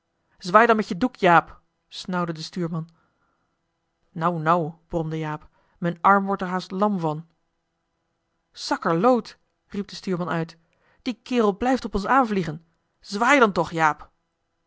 dan met je doek jaap snauwde de stuurman nou nou bromde jaap m'n arm wordt er haast lam van sakkerloot riep de stuurman uit die kerel blijft op ons aanvliegen zwaai dan toch jaap